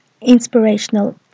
inspirational